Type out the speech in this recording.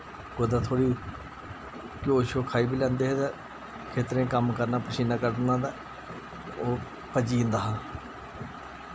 ओदां थोह्ड़ी घ्यो श्यो खाई वी लैंदे हे तै खेत्तरें कम्म करना पसीना कड्ढना ते ओह् पची जंदा हा